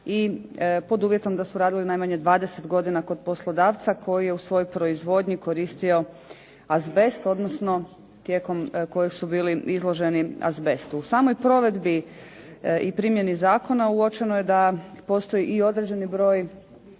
i pod uvjetom da su radili najmanje 20 godina kod poslodavca koji je u svojoj proizvodnji koristio azbest odnosno tijekom kojeg su bili izloženi azbestu. U samoj provedbi i primjeni zakona uočeno je da postoji i određeni broj